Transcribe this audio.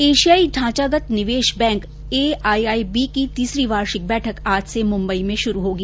एशियाई ढांचागत निवेश बैंक एआईआईबी की तीसरी वार्षिक बैठक आज से मुंबई में शुरू होगी